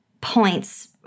points